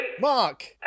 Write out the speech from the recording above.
Mark